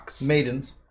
Maidens